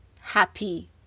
happy